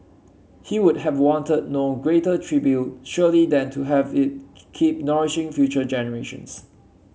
he would have wanted no greater tribute surely than to have it keep nourishing future generations